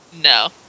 No